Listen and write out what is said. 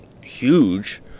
huge